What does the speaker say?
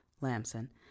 Lamson